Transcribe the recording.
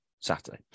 Saturday